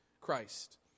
Christ